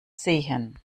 sehen